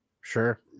sure